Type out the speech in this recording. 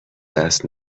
دست